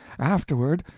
afterward,